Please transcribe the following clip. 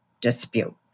dispute